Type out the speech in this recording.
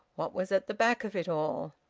what was at the back of it all?